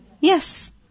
Yes